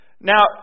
Now